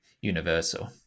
universal